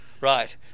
right